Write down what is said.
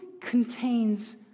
contains